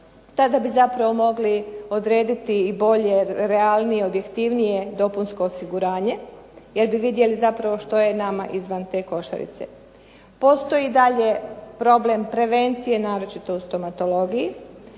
zapravo mogli odrediti i bolje, realnije, objektivnije dopunsko osiguranje jer bi vidjeli zapravo što je nama izvan te košarice. Postoji dalje problem prevencije naročito u stomatologiji.